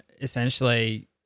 essentially